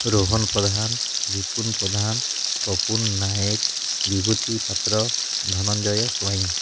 Rohan Pradhan Lipun Pradhan Papun Nayak Bibhuti Patra Dhananjay Swain